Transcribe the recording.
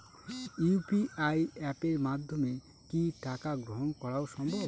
UPI অ্যাপের মাধ্যমে কি টাকা গ্রহণ করাও সম্ভব?